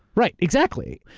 right, exactly,